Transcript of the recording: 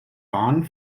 bahn